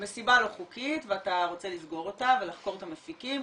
המסיבה לא חוקית ואתה רוצה לסגור אותה ולחקור את המפיקים,